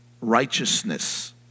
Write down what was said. righteousness